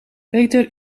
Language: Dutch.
peter